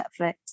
Netflix